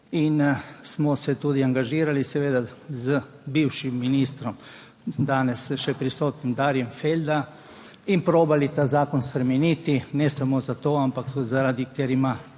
In smo se tudi angažirali z bivšim ministrom, danes še prisotnim Darjem Feldo, in poskušali ta zakon spremeniti, ne samo zato, ampak tudi zaradi, ker ima